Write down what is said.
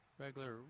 Regular